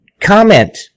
comment